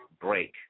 break